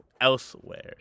elsewhere